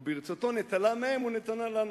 וברצותו נטלה מהם ונתנה לנו.